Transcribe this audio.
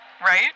Right